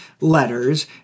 letters